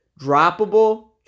droppable